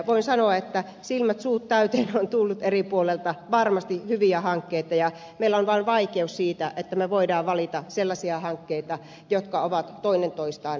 voin sanoa että silmät suut täyteen on tullut eri puolilta varmasti hyviä esityksiä hankkeista ja meillä on vaan vaikeus siinä että me voimme valita sellaisia hankkeita jotka ovat toinen toistaan parempia